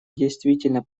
действительно